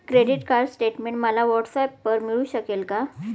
Credit card statement मला व्हॉट्सऍपवर मिळू शकेल का?